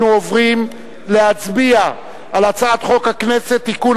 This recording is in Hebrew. אנחנו עוברים להצבעה על הצעת חוק הכנסת (תיקון,